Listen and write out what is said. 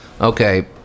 okay